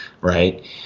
Right